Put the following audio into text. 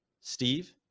Steve